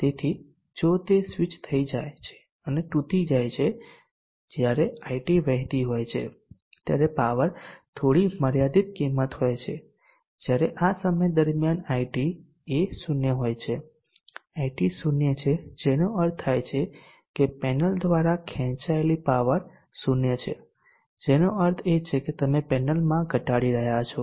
તેથી જો તે સ્વીચ થઇ જાય છે અને તૂટી જાય છે જ્યારે IT વહેતી હોય છે ત્યારે પાવર થોડી મર્યાદિત કિંમત હોય છે જ્યારે આ સમય દરમિયાન IT એ 0 હોય છે IT 0 છે જેનો અર્થ થાય છે કે પેનલ દ્વારા ખેંચાયેલી પાવર 0 છે જેનો અર્થ છે કે તમે પેનલને ઘટાડી રહ્યા છો